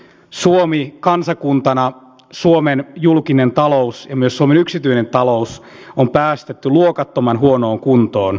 suomi kansakuntana suomen julkinen talous ja myös suomen yksityinen talous on päästetty luokattoman huonoon kuntoon